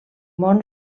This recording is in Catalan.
món